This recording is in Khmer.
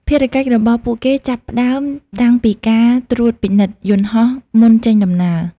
ភារកិច្ចរបស់ពួកគេចាប់ផ្ដើមតាំងពីការត្រួតពិនិត្យយន្តហោះមុនចេញដំណើរ។